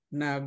na